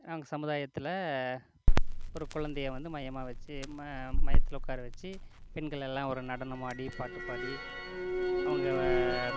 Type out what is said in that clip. நாங்கள் சமூதாயத்தில் ஒரு குழந்தையை வந்து மையமாக வச்சு மையத்தில் உட்கார வச்சு பெண்களெல்லாம் ஒரு நடனம் ஆடி பாட்டு பாடி அவங்க